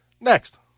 next